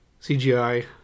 CGI